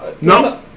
No